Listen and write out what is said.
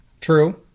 true